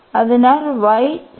അതിനാൽ y 0 ആണ്